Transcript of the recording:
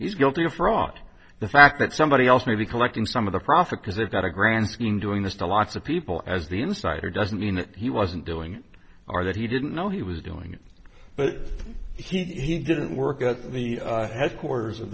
he's guilty of fraud the fact that somebody else may be collecting some of the profit because they've got a grand scheme doing this to lots of people as the insider doesn't mean that he wasn't doing our that he didn't know he was doing it but he didn't work at the headquarters of